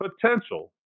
potential